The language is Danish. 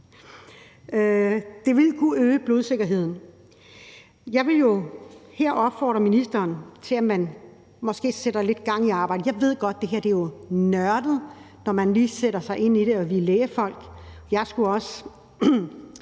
Det ville kunne øge blodsikkerheden. Jeg vil jo her opfordre ministeren til, at man sætter lidt gang i arbejdet. Jeg ved godt, at det her er nørdet, når man lige sætter sig ind i det, og vi er jo lægfolk. Jeg skulle også